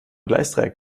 gleisdreieck